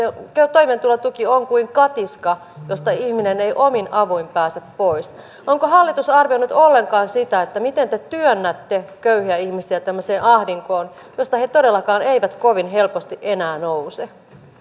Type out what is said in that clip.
toimeentulotuki on kuin katiska josta ihminen ei omin avuin pääse pois onko hallitus arvioinut ollenkaan sitä miten te työnnätte köyhiä ihmisiä tämmöiseen ahdinkoon josta he todellakaan eivät kovin helposti enää nouse